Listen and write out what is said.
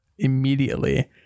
immediately